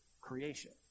Creation